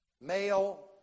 Male